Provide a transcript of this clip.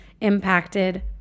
impacted